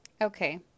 Okay